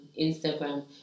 Instagram